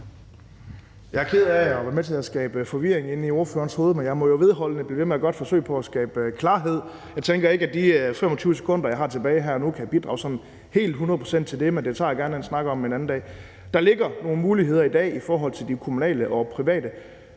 Jeg er ked af at være med til at skabe forvirring inde i hr. Kim Edberg Andersens hoved, men jeg må jo vedholdende blive ved med at gøre et forsøg på at skabe klarhed. Jeg tænker ikke, at de 25 sekunder, jeg har tilbage her nu, kan bidrage sådan helt hundrede procent til det, men jeg tager gerne en snak om det en anden dag. Der ligger nogle muligheder i dag i forhold til de kommunale og private